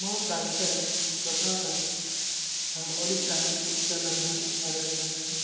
मम प्रान्ते प्रथमतः अहं ओडिशा उत्कलतः आगच्छामि